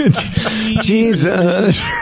Jesus